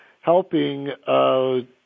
helping